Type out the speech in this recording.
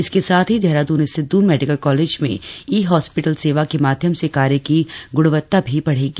इसके साथ ही देहरादून स्थित दून मेडिकल कॉलेज में ई हॉस्पिटल सेवा के माध्यम से कार्य की गुणवत्ता भी बढेगी